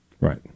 Right